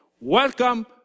welcome